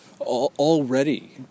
Already